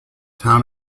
town